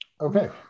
okay